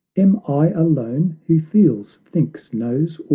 am i alone, who feels, thinks, knows,